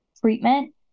treatment